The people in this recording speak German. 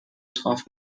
traf